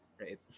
right